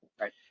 right